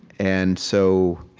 and so,